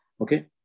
Okay